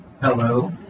Hello